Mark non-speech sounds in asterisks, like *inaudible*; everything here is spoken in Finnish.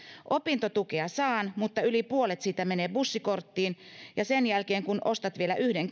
opintotukea saan mutta yli puolet siitä menee bussikorttiin ja sen jälkeen kun ostat vielä yhden *unintelligible*